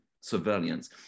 surveillance